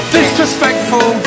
Disrespectful